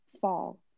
fall